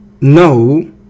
no